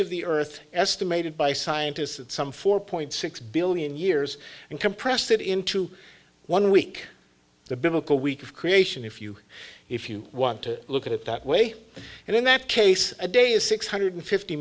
of the earth estimated by scientists at some four point six billion years and compressed it into one week the biblical week of creation if you if you want to look at it that way and in that case a day is six hundred fifty